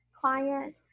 client